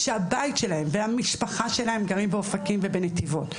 שהבית שלהם והמשפחה שלהם גרים באופקים ובנתיבות.